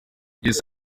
yesu